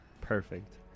Perfect